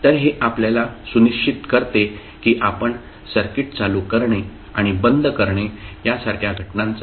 तर हे आपल्याला सुनिश्चित करते की आपण सर्किट चालू करणे आणि बंद करणे यासारख्या घटनांचा समावेश करीत आहोत